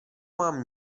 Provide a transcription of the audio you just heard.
mám